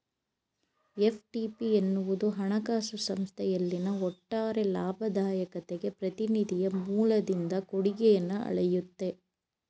FTP ಎನ್ನುವುದು ಹಣಕಾಸು ಸಂಸ್ಥೆಯಲ್ಲಿನ ಒಟ್ಟಾರೆ ಲಾಭದಾಯಕತೆಗೆ ಪ್ರತಿನಿಧಿಯ ಮೂಲದಿಂದ ಕೊಡುಗೆಯನ್ನ ಅಳೆಯುತ್ತೆ